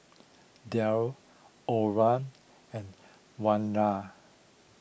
Daud Omar and Wira